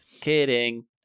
Kidding